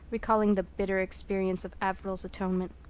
recalling the bitter experience of averil's atonement.